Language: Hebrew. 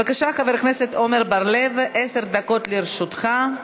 בבקשה, חבר הכנסת עמר בר-לב, עשר דקות לרשותך.